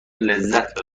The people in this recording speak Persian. لذت